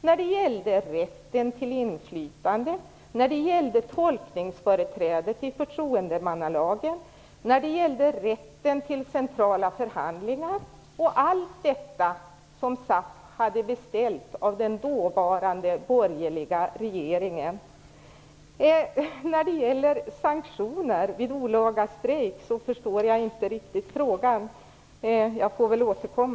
när det gällde rätten till inflytande, rätten till tolkningsföreträde till förtroendemannalagen, rätten till centrala förhandlingar och när det gällde allt som Jag förstår inte riktigt frågan om sanktioner vid olaglig strejk. Men jag får väl återkomma.